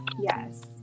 Yes